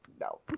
no